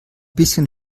bisschen